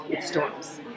storms